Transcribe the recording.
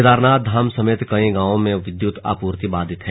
केदारनाथ धाम समेत कई गांवों में विद्युत आपूर्ति बाधित है